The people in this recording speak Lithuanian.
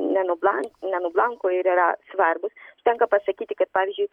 nenublan nenublanko ir yra svarbūs tenka pasakyti kad pavyzdžiui